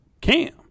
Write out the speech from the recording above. Cam